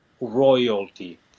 royalty